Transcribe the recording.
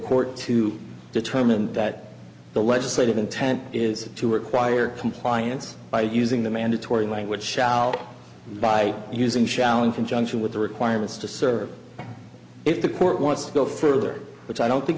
court to determine that the legislative intent is to require compliance by using the mandatory language shall by using shall in conjunction with the requirements to serve if the court wants to go further which i don't think